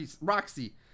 Roxy